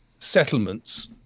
Settlements